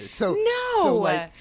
no